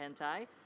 hentai